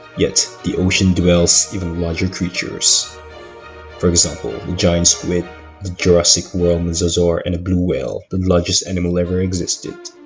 yet, the ocean dwells even larger creatures for example the giant squid the jurassic world mosasaur and the blue whale, the largest animal ever existed